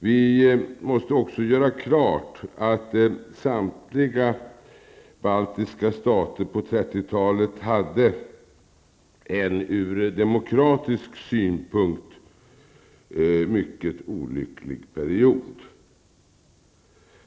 Vi måste också göra klart att samtliga baltiska stater på 30-talet hade en från demokratisk synpunkt mycket olycklig period.